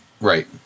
Right